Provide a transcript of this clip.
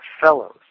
fellows